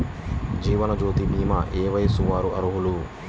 జీవనజ్యోతి భీమా ఏ వయస్సు వారు అర్హులు?